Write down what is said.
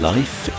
Life